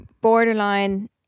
borderline